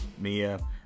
Mia